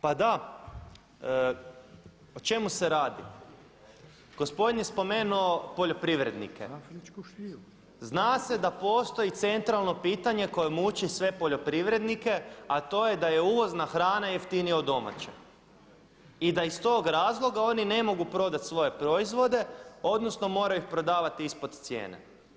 Pa da, o čemu se radi, gospodin je spomenuo poljoprivrednike, zna se da postoji centralno pitanje koje muči sve poljoprivrednike a to je da je uvozna hrana jeftinija od domaće i da iz tog razloga oni ne mogu prodavati svoje proizvode odnosno moraju ih prodavati ispod cijene.